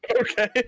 okay